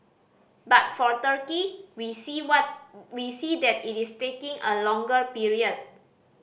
but for Turkey we see what we see that it is taking a longer period